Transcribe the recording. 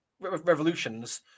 revolutions